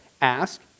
ask